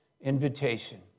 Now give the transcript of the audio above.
invitation